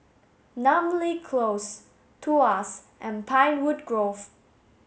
Namly Close Tuas and Pinewood Grove